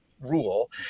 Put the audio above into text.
rule